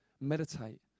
Meditate